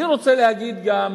אני רוצה להגיד גם